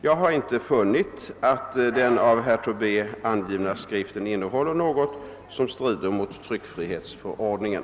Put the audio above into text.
Jag har inte funnit att den av herr Tobé angivna skriften innehåller något som strider mot tryckfrihetsförordningen.